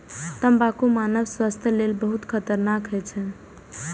तंबाकू मानव स्वास्थ्य लेल बहुत खतरनाक होइ छै